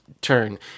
turn